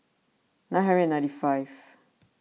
nine hundred ninety five